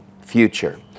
future